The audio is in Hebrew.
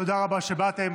תודה רבה שבאתם.